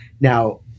Now